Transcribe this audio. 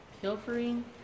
pilfering